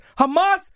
Hamas